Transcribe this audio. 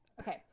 okay